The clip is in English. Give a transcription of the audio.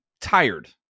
tired